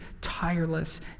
tireless